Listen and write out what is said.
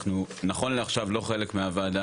אנחנו נכון לעכשיו לא חלק מהוועדה,